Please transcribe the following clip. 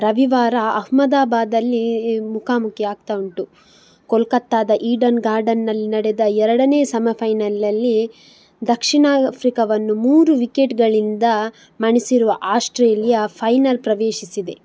ರವಿವಾರ ಅಹಮದಾಬಾದಲ್ಲಿ ಮುಖಾಮುಖಿ ಆಗ್ತಾ ಉಂಟು ಕೊಲ್ಕತ್ತಾದ ಈಡನ್ ಗಾರ್ಡನ್ನಲ್ಲಿ ನಡೆದ ಎರಡನೇ ಸಮ ಫೈನಲ್ನಲ್ಲಿ ದಕ್ಷಿಣ ಆಫ್ರಿಕಾವನ್ನು ಮೂರು ವಿಕೆಟ್ಗಳಿಂದ ಮಣಿಸಿರುವ ಆಸ್ಟ್ರೇಲಿಯಾ ಫೈನಲ್ ಪ್ರವೇಶಿಸಿದೆ